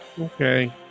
okay